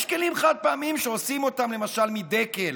יש כלים חד-פעמיים שעושים אותם, למשל, מדקל